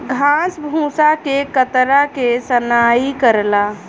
घास भूसा के कतरा के सनाई करला